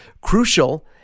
Crucial